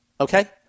Okay